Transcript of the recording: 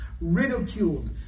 ridiculed